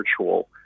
virtual